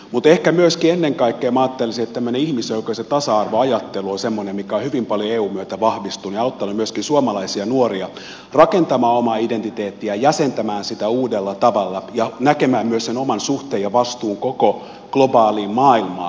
mutta ehkä myöskin ennen kaikkea minä ajattelisin että tämmöinen ihmisoikeus ja tasa arvoajattelu on semmoinen mikä on hyvin paljon eun myötä vahvistunut ja auttanut myöskin suomalaisia nuoria rakentamaan omaa identiteettiään jäsentämään sitä uudella tavalla ja näkemään myös sen oman suhteen ja vastuun koko globaaliin maailmaan